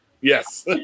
Yes